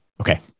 okay